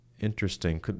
interesting